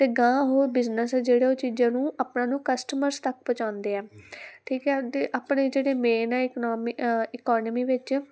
ਅਤੇ ਅਗਾਂਹ ਉਹ ਬਿਜ਼ਨਸ ਆ ਜਿਹੜੇ ਉਹ ਚੀਜ਼ਾਂ ਨੂੰ ਆਪਾਂ ਨੂੰ ਕਸਟਮਰਸ ਤੱਕ ਪਹੁੰਚਾਉਂਦੇ ਆ ਠੀਕ ਹੈ ਅਤੇ ਆਪਣੇ ਜਿਹੜੇ ਮੇਨ ਆ ਇਕਨੋਮੀ ਈਕੋਨਮੀ ਵਿੱਚ